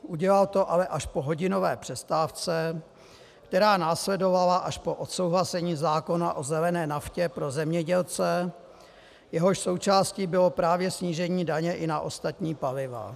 Udělal to ale až po hodinové přestávce, která následovala až po odsouhlasení zákona o zelené naftě pro zemědělce, jehož součástí bylo právě snížení daně i na ostatní paliva.